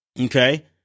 Okay